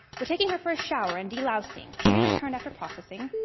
we're taking her for a shower and delousing. she'll be returned after processing.